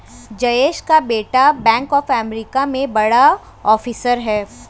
जयेश का बेटा bank of America में बड़ा ऑफिसर है